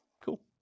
Cool